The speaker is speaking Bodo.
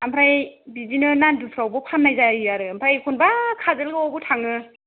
आमफ्राय बिदिनो नान्दुफ्रावबो फाननाय जायो आरो ओमफ्राय एखनबा काजलगावआवबो थाङो